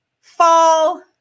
fall